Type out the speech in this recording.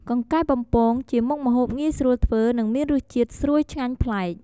កង្កែបបំពង ជាមុខម្ហូបងាយស្រួលធ្វើ និងមានរសជាតិស្រួយឆ្ងាញ់ប្លែក។